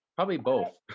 probably both.